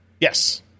Yes